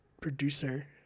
producer